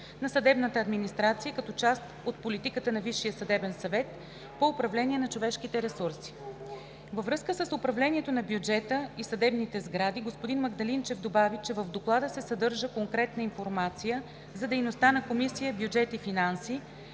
на съдебната администрация, като част от политиката на Висшия съдебен съвет по управлението на човешките ресурси. Във връзка с управлението на бюджета и съдебните сгради господин Магдалинчев добави, че в Доклада се съдържа конкретна информация за дейността на Комисия „Бюджет и финанси“,